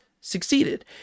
succeeded